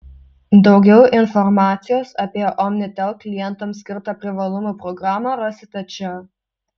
daugiau informacijos apie omnitel klientams skirtą privalumų programą rasite čia